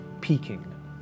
peaking